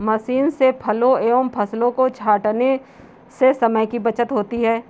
machine से फलों एवं फसलों को छाँटने से समय की बचत होती है